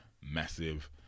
massive